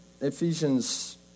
Ephesians